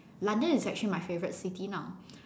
London is actually my favourite city now